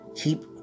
keep